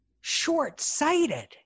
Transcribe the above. short-sighted